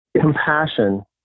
Compassion